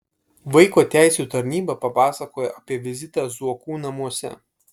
vaiko teisių tarnyba papasakojo apie vizitą zuokų namuose